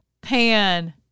pan